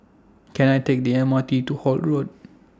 Can I Take The M R T to Holt Road